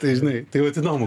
tai žinai tai vat įdomu